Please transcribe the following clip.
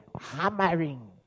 hammering